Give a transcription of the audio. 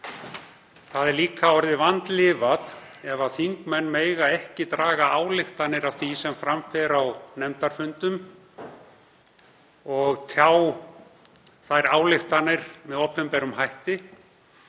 Það er líka orðið vandlifað ef þingmenn mega ekki draga ályktanir af því sem fram fer á nefndarfundum og tjá þær ályktanir opinberlega.